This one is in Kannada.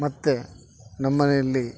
ಮತ್ತೆ ನಮ್ಮನೆಯಲ್ಲಿ